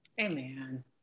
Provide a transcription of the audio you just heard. Amen